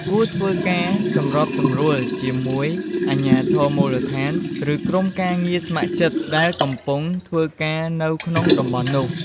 គួរធ្វើការសម្របសម្រួលជាមួយ អាជ្ញាធរមូលដ្ឋាន ឬក្រុមការងារស្ម័គ្រចិត្ត ដែលកំពុងធ្វើការនៅក្នុងតំបន់នោះ។